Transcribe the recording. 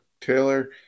Taylor